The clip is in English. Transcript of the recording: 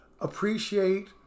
appreciate